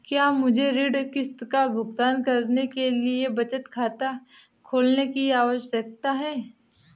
क्या मुझे ऋण किश्त का भुगतान करने के लिए बचत खाता खोलने की आवश्यकता है?